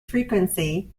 frequency